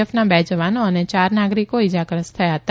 એફના બે જવાનો અને યાર નાગરિકો ઇજાગ્રસ્ત થથા હતા